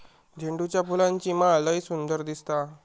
झेंडूच्या फुलांची माळ लय सुंदर दिसता